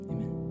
Amen